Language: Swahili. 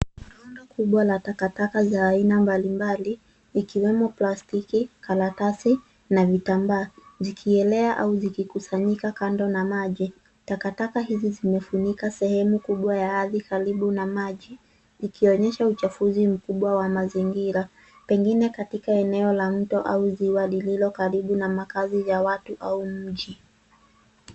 Rundo kubwa la takataka la aina mbalimbali ikiwemo plastiki, karatasi na vitambaa vikielea au vikikusanyika kando na maji. Takataka hizi zimefunika sehemu kubwa ya ardhi karibu na maji ikionyesha uchafuzi mkubwa wa mazingira pengine katika eneo la mto au ziwa lililo karibu na makazi ya watu au mji.